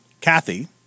Kathy